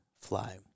fly